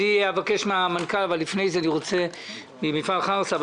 אבקש מן המנכ"ל של מפעל חרסה להתייחס אבל